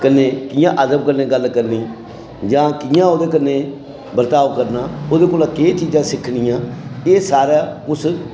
कन्नै कि'यां अदब कन्नै गल्ल करनी जां कि'यां ओह्दे कन्नै बर्ताव करना ओह्दे कोला केह् चीजां सिक्खनियां एह् सारा उस